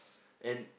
and